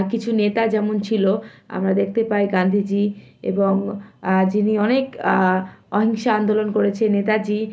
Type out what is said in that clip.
কিছু নেতা যেমন ছিল আমরা দেখতে পাই গান্ধীজি এবং যিনি অনেক অহিংসা আন্দোলন করেছে নেতাজি